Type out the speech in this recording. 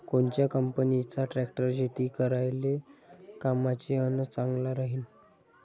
कोनच्या कंपनीचा ट्रॅक्टर शेती करायले कामाचे अन चांगला राहीनं?